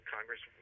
Congress